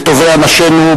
בטובי אנשינו,